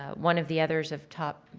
ah one of the others of top,